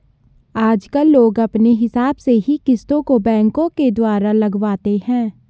आजकल लोग अपने हिसाब से ही किस्तों को बैंकों के द्वारा लगवाते हैं